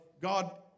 God